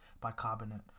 bicarbonate